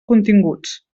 continguts